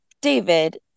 David